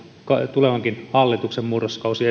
tulevankin hallituksen muodostuskausi